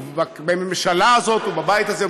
בממשלה הזאת ובבית הזה,